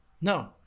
no